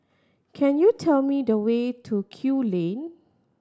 can you tell me the way to Kew Lane